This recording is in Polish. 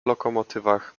lokomotywach